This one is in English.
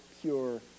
pure